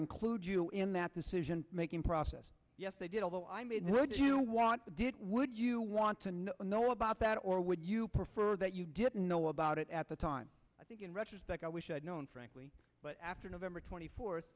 include you in that decision making process yes they did although i mean why would you want to did it would you want to know about that or would you prefer that you didn't know about it at the time i think in retrospect i wish i had known frankly but after november twenty fourth